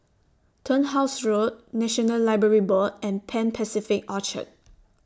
Turnhouse Road National Library Board and Pan Pacific Orchard